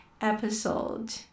episode